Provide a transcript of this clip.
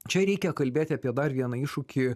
čia reikia kalbėti apie dar vieną iššūkį